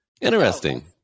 interesting